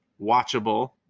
watchable